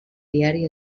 diari